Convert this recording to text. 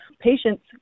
Patients